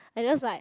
I just like